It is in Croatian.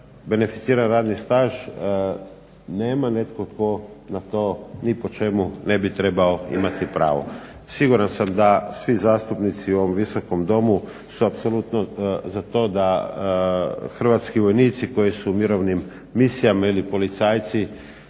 beneficirani radni staž nema netko tko na to ni po čemu ne bi trebao imati pravo. Siguran sam da svi zastupnici u ovom Visokom domu su apsolutno za to da hrvatski vojnici koji su u mirovnim misijama ili policajci